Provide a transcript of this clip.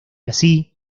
así